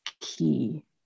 key